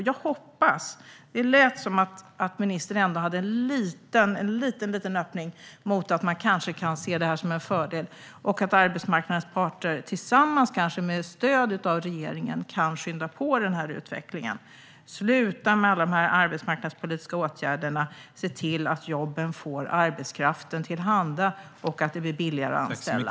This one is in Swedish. Jag hoppas, för det lät som att ministern ändå hade en liten öppning för att man kan se detta som en fördel och att arbetsmarknadens parter tillsammans, kanske med stöd av regeringen, kan skynda på utvecklingen. Sluta med alla dessa arbetsmarknadspolitiska åtgärder, och se till att jobben kommer arbetskraften till handa och att det blir billigare att anställa!